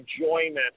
enjoyment